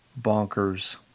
bonkers